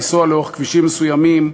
לנסוע לאורך כבישים מסוימים,